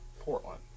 Portland